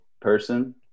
person